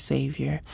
Savior